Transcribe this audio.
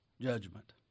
judgment